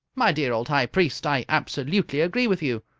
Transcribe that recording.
my dear old high priest, i absolutely agree with you,